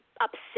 upset